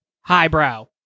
highbrow